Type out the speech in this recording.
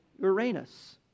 Uranus